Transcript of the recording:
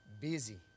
busy